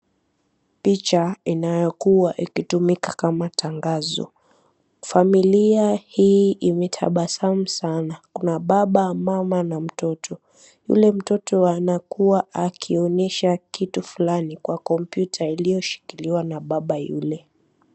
Picha inayokuwa ikitumika kama tangazo, familia hii imetabasamu sana. Kuna baba, mama na mtoto. Yule mtoto anakuwa akionyesha kitu fulani kwa kompyuta iliyoshikiliwa na baba yule.